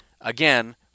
Again